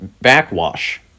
Backwash